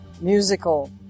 musical